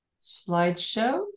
Slideshow